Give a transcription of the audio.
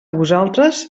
vosaltres